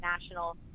national